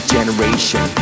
Generation